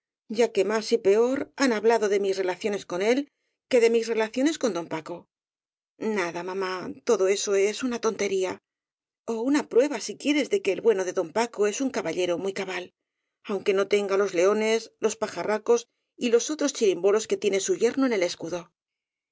ya que más y peor han hablado de mis relaciones con él que de mis relaciones con don paco nada mamá todo eso es una tontería ó una prueba si quieres de que el bueno de don paco es un caballero muy cabal aunque no tenga los leones los pajarracos y los otros chirimbolos que tiene su yerno en el escudo